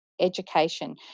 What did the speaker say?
education